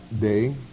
day